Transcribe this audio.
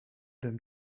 them